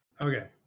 Okay